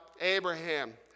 Abraham